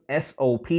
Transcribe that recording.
SOP